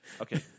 Okay